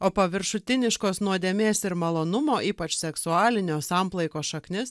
o paviršutiniškos nuodėmės ir malonumo ypač seksualinio samplaikos šaknis